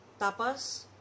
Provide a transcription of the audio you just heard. tapas